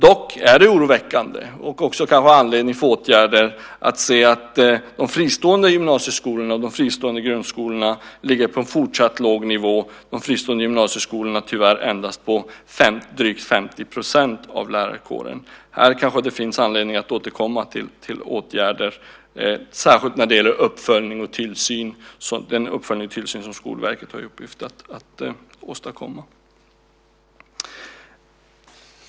Dock är det oroväckande och kanske också en anledning till åtgärder att de fristående gymnasieskolorna och grundskolorna ligger på en fortsatt låg nivå, de fristående gymnasieskolorna tyvärr endast på drygt 50 % av lärarkåren. Här kanske det finns anledning att återkomma med åtgärder, särskilt när det gäller den uppföljning och tillsyn som Skolverket har i uppgift att åstadkomma.